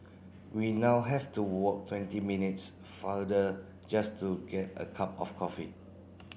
we now have to walk twenty minutes farther just to get a cup of coffee